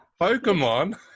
Pokemon